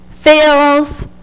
fails